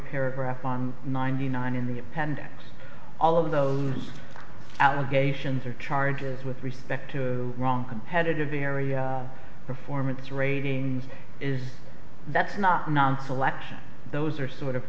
paragraph on ninety nine in the appendix all of those allegations or charges with respect to wrong competitive area performance ratings is that's not non selection those are sort of